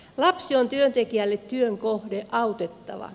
lapsi on työntekijälle työn kohde autettava